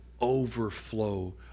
overflow